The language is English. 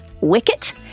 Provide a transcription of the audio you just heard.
Wicket